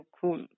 Cool